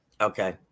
Okay